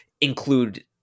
include